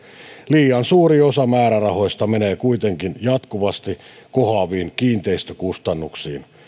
liian suuri osa määrärahoista menee kuitenkin jatkuvasti kohoaviin kiinteistökustannuksiin